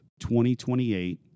2028